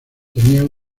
tenían